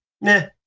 meh